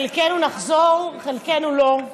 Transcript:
חלקנו נחזור, חלקנו לא,